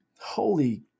holy